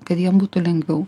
kad jiem būtų lengviau